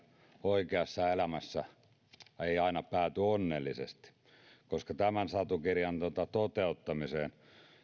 oikeassa elämässä se ei aina pääty onnellisesti koska tämän satukirjan toteuttamiseen